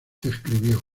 escribió